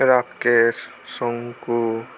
Rakesh Shonku